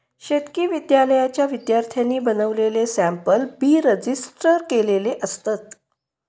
शेतकी विद्यालयाच्या विद्यार्थ्यांनी बनवलेले सॅम्पल बी रजिस्टर केलेले असतत